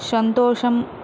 సంతోషం